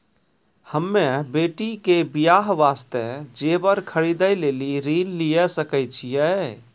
हम्मे बेटी के बियाह वास्ते जेबर खरीदे लेली ऋण लिये सकय छियै?